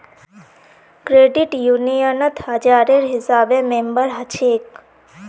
credit यूनियनत हजारेर हिसाबे मेम्बर हछेक